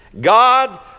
God